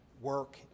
work